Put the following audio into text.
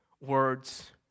words